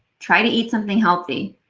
try to eat something healthy.